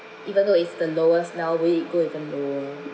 even though it's the lowest now will it go even lower